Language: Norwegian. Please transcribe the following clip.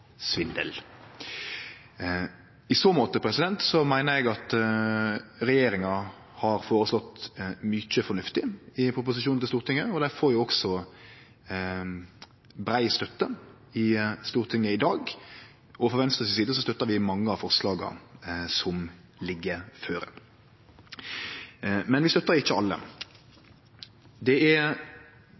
svindel. I så måte meiner eg at regjeringa har føreslått mykje fornuftig i proposisjonen til Stortinget, og dei får også brei støtte i Stortinget i dag. Frå Venstre si side støttar vi mange av forslaga som ligg føre, men vi støttar ikkje alle. Det er